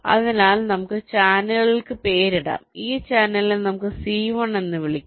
അതിനാൽ നമുക്ക് ചാനലുകൾക്ക് പേരിടാം ഈ ചാനലിനെ നമുക്ക് C1 എന്ന് വിളിക്കാം